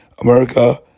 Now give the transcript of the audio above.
America